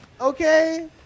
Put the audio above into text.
Okay